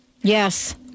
Yes